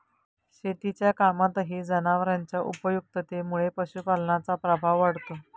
शेतीच्या कामातही जनावरांच्या उपयुक्ततेमुळे पशुपालनाचा प्रभाव वाढतो